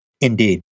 Indeed